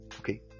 Okay